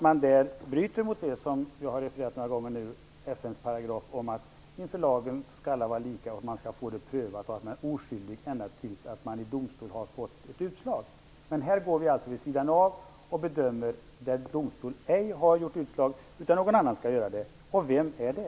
Man bryter mot det som jag har refererat till några gånger nu, FN:s paragraf om att inför lagen skall alla vara lika. Man skall få sitt ärende prövat, och man är oskyldig ända tills man i domstol har fått ett utslag. Men här går vi alltså vid sidan av och bedömer där domstol ej har gjort utslag, utan någon annan skall göra det. Vem är det?